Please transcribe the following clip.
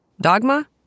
dogma